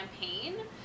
Campaign